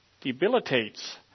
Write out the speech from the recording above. debilitates